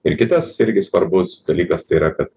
ir kitas irgi svarbus dalykas tai yra kad